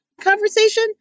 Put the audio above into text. conversation